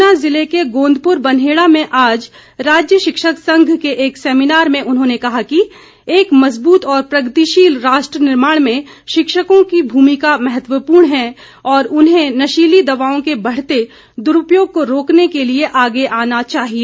ऊना जिले के गोंदपुर बनहेड़ा में आज राज्य शिक्षक संघ के एक सेमिनार में उन्होंने कहा कि एक मजबूत और प्रगतिशील राष्ट्र निर्माण में शिक्षकों की भूमिका महत्वपूर्ण है और उन्हें नशीली दवाओं के बढ़ते दुरूपयोग को रोकने के लिए आगे आना चाहिए